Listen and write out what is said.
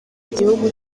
igihugu